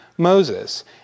Moses